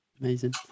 amazing